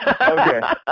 Okay